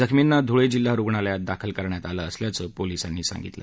जखमींना धुळ जिल्हा रुग्णालयात दाखल करण्यात आलं असल्याचं पोलिसांनी सांगितलं